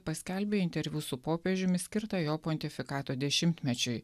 paskelbė interviu su popiežiumi skirtą jo pontifikato dešimtmečiui